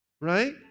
Right